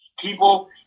people